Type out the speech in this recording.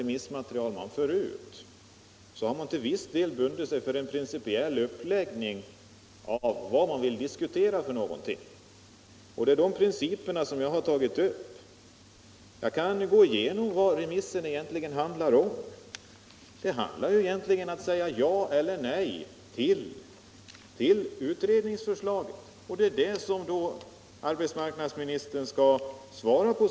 Redan genom att man har lämnat ut ett visst material har man till viss del bundit sig till en principiell uppläggning av vad man vill diskutera. Det är de principerna jag har tagit upp. Jag kan gå igenom vad remissen i det här fallet egentligen handlar om: att säga ja eller nej till utredningsförslaget. Det är det som arbetsmarknadsministern sedan skall svara på.